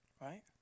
right